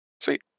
Sweet